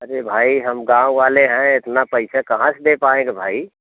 अरे भाई हम गाँव वाले हैं इतना पैसा कहाँ से दे पाएँगे भाई